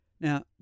Now